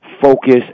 focus